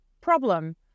problem